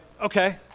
okay